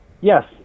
yes